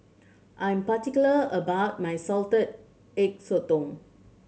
I'm particular about my Salted Egg Sotong